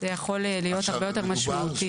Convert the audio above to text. להיות הרבה יותר משמעותי.